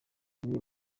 kinini